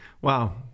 wow